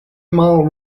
mile